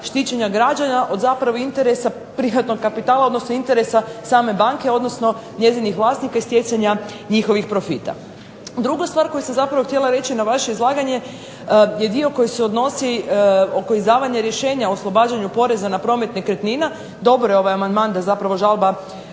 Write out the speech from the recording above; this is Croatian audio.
štićenja građana od zapravo interesa privatnog kapitala odnosno interesa same banke odnosno njezinih vlasnika i stjecanja njihovih profita. Druga stvar, koju sam zapravo reći na vaše izlaganje je dio koji se iznosi oko izdavanja rješenja oslobađanju poreza na promet nekretnina, dobar je ovaj amandman da zapravo žalba